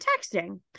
texting